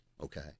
Okay